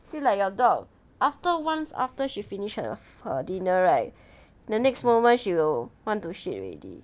see like your dog after once after she finished her dinner right the next moment she will want to shit already